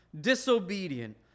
disobedient